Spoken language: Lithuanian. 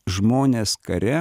žmonės kare